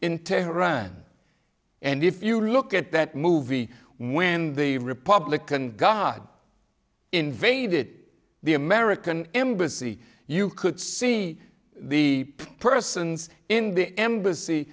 in tehran and if you look at that movie when the republican god invaded the american embassy you could see the persons in the embassy